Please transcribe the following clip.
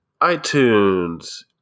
iTunes